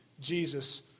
Jesus